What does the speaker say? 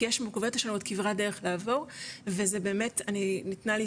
כי יש מורכבויות ויש לנו עוד כברת דרך לעבור ובאמת ניתנה לי